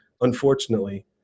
unfortunately